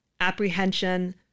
apprehension